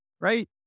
right